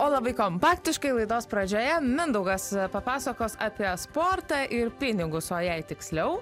o labai kompaktiškai laidos pradžioje mindaugas papasakos apie sportą ir pinigus o jei tiksliau